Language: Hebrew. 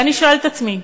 ואני שואלת את עצמי: